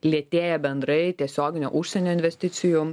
lėtėja bendrai tiesioginių užsienio investicijų